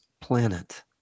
planet